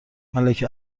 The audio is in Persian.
ملک